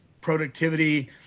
productivity